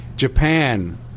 Japan